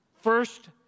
First